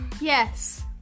Yes